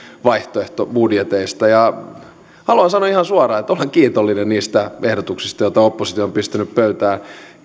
vaihtoehtobudjeteista ja haluan sanoa ihan suoraan että olen kiitollinen niistä ehdotuksista joita oppositio on pistänyt pöytään